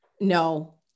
no